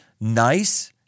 Nice